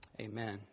Amen